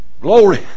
Glory